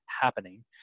happening